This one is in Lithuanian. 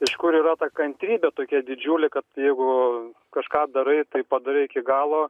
iš kur yra ta kantrybė tokia didžiulė kad jeigu kažką darai tai padarei iki galo